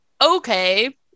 Okay